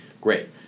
Great